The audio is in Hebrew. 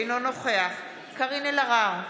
אינו נוכח קארין אלהרר,